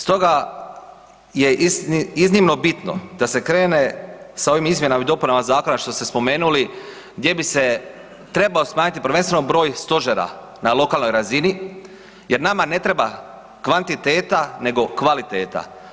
Stoga je iznimno bitno da se krene sa ovim izmjenama i dopunama Zakona što ste spomenuli gdje bi se trebao smanjiti prvenstveno broj stožera na lokalnoj razini, jer nama ne treba kvantiteta nego kvaliteta.